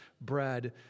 bread